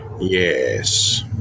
Yes